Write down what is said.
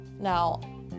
Now